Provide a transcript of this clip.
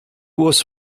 was